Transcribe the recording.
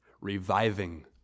reviving